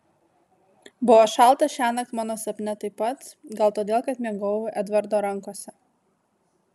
buvo šalta šiąnakt mano sapne taip pat gal todėl kad miegojau edvardo rankose